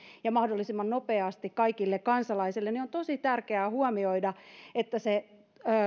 ja mahdollisimman nopeasti kaikille kansalaisille niin on tosi tärkeää huomioida että se